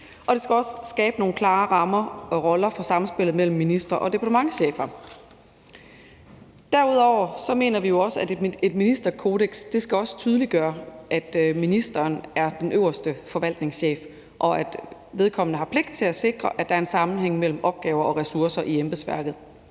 det skal også skabe nogle klare rammer og roller for samspillet mellem ministre og departementschefer. Derudover mener vi jo også, at et ministerkodeks skal tydeliggøre, at ministeren er den øverste forvaltningschef, og at vedkommende har pligt til at sikre, at der er en sammenhæng mellem opgaver og ressourcer i embedsværket.